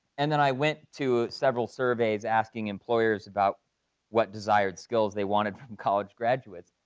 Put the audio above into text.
and then i went to several surveys asking employers about what desired skills they wanted from college graduates?